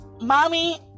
Mommy